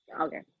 Okay